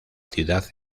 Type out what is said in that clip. ciudad